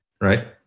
right